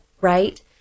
right